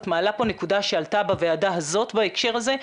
את מעלה פה נקודה שעלתה בוועדה הזאת בהקשר הזה,